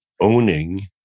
owning